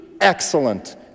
excellent